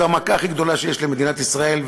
זאת המכה הכי גדולה שיש למדינת ישראל,